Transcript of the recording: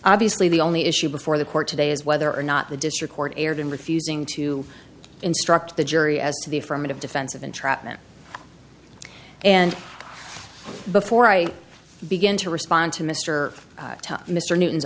obviously the only issue before the court today is whether or not the district court erred in refusing to instruct the jury as to the affirmative defense of entrapment and before i begin to respond to mr mr newton's